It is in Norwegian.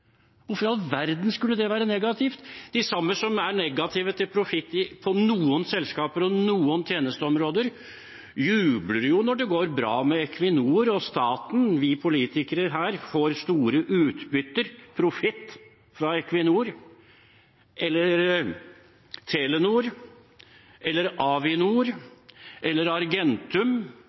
Hvorfor i all verden skulle det være negativt? De samme som er negative til profitt i noen selskaper og noen tjenesteområder, jubler jo når det går bra med Equinor og staten. Vi politikere får store utbytter, profitt, fra Equinor – eller fra Telenor, eller Avinor, eller Argentum.